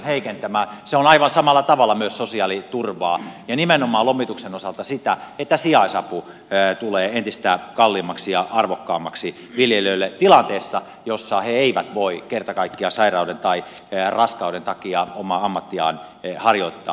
se on aivan samalla tavalla myös sosiaaliturvaa ja nimenomaan lomituksen osalta sitä että sijaisapu tulee entistä kalliimmaksi ja arvokkaammaksi viljelijöille tilanteessa jossa he eivät voi kerta kaikkiaan sairauden tai raskauden takia omaa ammattiaan harjoittaa